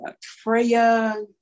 Freya